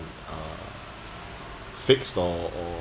uh fixed or or